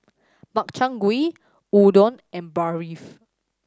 Makchang Gui Udon and Barfi